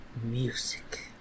Music